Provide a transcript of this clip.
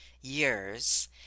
years